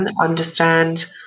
understand